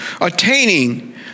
attaining